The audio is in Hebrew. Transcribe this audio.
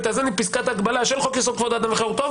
ותאזן את פסקת ההגבלה של חוק-יסוד: כבוד האדם וחירותו,